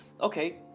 Okay